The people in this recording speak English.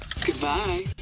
Goodbye